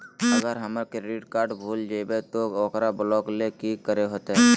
अगर हमर credit card भूल जइबे तो ओकरा ब्लॉक लें कि करे होते?